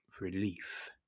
relief